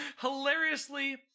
hilariously